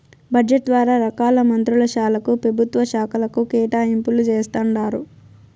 budget ద్వారా రకాల మంత్రుల శాలకు, పెభుత్వ శాకలకు కేటాయింపులు జేస్తండారు